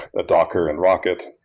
ah docker and rocket,